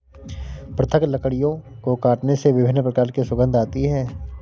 पृथक लकड़ियों को काटने से विभिन्न प्रकार की सुगंध आती है